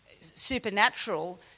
supernatural